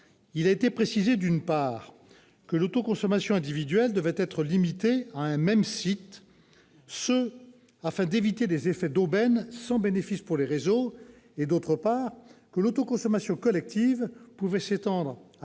il a été précisé, d'une part, que l'autoconsommation individuelle devait être limitée à « un même site », afin d'éviter des effets d'aubaine sans bénéfice pour les réseaux, et, d'autre part, que l'autoconsommation collective pouvait s'étendre à tous les